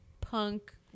punk